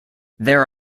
there